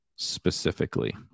Specifically